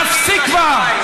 אתה בשלטון ומספר העניים בשמיים.